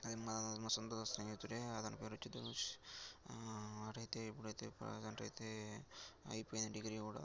మా సొంత స్నేహితుడే అతని పేరు సంతోష్ ఆడయితే ఇప్పుడయితే ప్రెజెంట్ అయితే అయిపోయింది డిగ్రీ కూడ